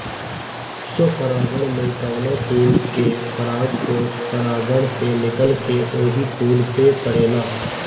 स्वपरागण में कवनो फूल के परागकोष परागण से निकलके ओही फूल पे पड़ेला